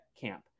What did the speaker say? camp